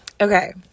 Okay